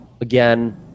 again